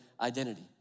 identity